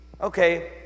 okay